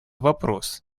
вопрос